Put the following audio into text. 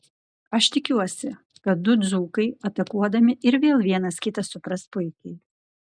aš tikiuosi kad du dzūkai atakuodami ir vėl vienas kitą supras puikiai